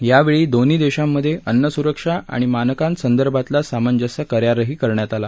यावेळी दोन्ही देशांमध्ये अन्न सुरक्षा आणि मानकांसंदर्भातला सामंजस्य करारही करण्यात आला